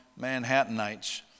Manhattanites